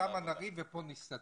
שם נריב וכאן נסתדר.